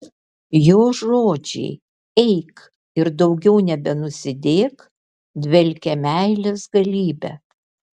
jo žodžiai eik ir daugiau nebenusidėk dvelkia meilės galybe